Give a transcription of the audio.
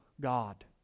God